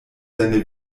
seine